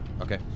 Okay